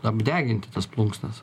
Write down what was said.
apdeginti tas plunksnas